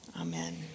amen